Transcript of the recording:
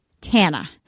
Tana